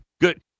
good